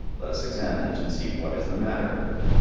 let us examine it and see what is the matter with it.